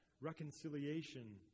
Reconciliation